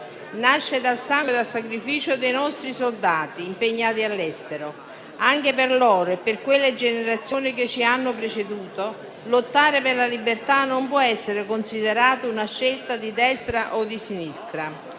nascono dal sangue e dal sacrificio dei nostri soldati impegnati all'estero. Anche per loro e per quelle generazioni che ci hanno preceduto lottare per la libertà non può essere considerata una scelta di destra o di sinistra.